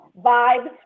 vibes